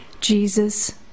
Jesus